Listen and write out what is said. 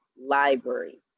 Library